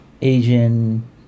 Asian